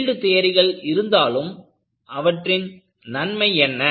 yield தியரிகள் இருந்தாலும் அவற்றின் நன்மை என்ன